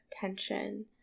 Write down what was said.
tension